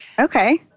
Okay